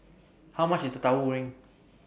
How much IS Tauhu Goreng